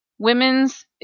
Women's